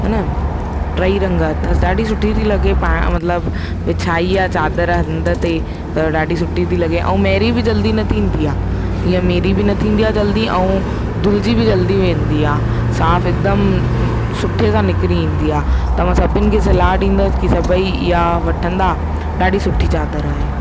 हे न ट्रई रंग अथस ॾाढी सुठी ती लॻे पायण मतिलबु विछाई आहे चादर हंध ते त ॾाढी सुठी थी लॻे ऐं मेरी बि जल्दी न थींदी आहे इहा मेरी बि जल्दी न थींदी आहे ऐं धुलजी बि जल्दी वेंदी आहे साफ़ हिकदमु सुठे सां निकरी ईंदी आहे तव्हां सभिनि खे सलाहु ॾींदसि की सभई इहा वठंदा ॾाढी सुठी चादरु आहे